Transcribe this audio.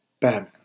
Batman